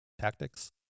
tactics